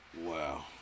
Wow